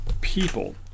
people